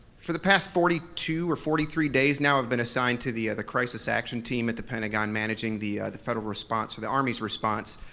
for the past forty two or forty three days now, i've been assigned to the the crisis action team at the pentagon managing the the federal response, or the army's response,